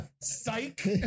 Psych